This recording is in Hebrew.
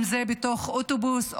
אם זה בתוך אוטובוס,